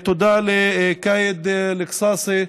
תודה לכאיד אלקצאצי,